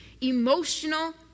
emotional